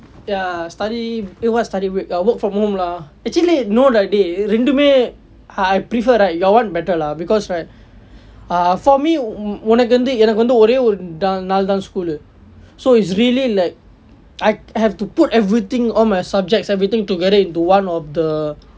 ya study eh what study break work from home lah actually you know like dey இரண்டுமே:irandume I prefer right your one better lah because right err for me உனக்கு வந்து எனக்கு வந்து ஒரே ஒரு நாள் தான்:unakku vandthu enakku vandthu ore oru naal thaan school so is really like I have to put everything all my subjects everything together into one of the